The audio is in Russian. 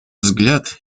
взгляд